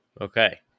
Okay